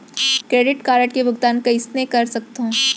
Credit card के भुगतान कइसने कर सकथो?